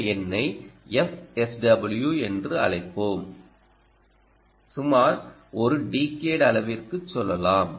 இந்த எண்ணை fSW என்று அழைப்போம் சுமார் ஒரு டிகேட் அளவிற்கு சொல்லலாம்